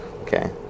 Okay